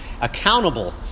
accountable